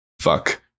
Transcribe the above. Fuck